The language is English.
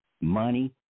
money